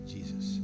Jesus